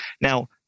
Now